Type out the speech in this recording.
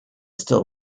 still